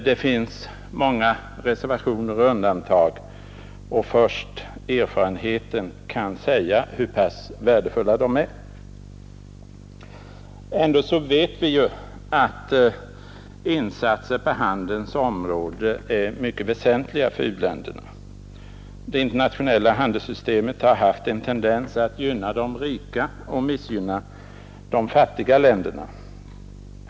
Det finns många reservationer och undantag, och först erfarenheten kan säga hur pass värdefulla dessa preferenser är. Vi vet ändå att insatser på handelns område är mycket väsentliga för u-länderna. Det internationella handelssystemet har haft en tendens att gynna de rika och missgynna de fattiga länderna.